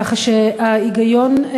ככה שההיגיון,